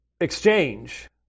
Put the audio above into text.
exchange